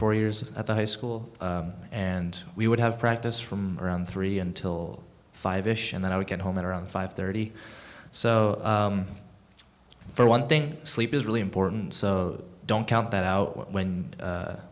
four years at the high school and we would have practice from around three until five ish and then i would get home at around five thirty so for one thing sleep is really important so don't count that out when